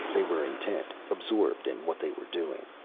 they were intent, absorbed in what they were doing.